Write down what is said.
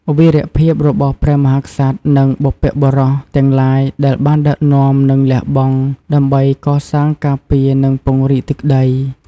វីរភាពរបស់ព្រះមហាក្សត្រ និងបុព្វបុរស ទាំងឡាយដែលបានដឹកនាំ និងលះបង់ដើម្បីកសាង ការពារ និងពង្រីកទឹកដី។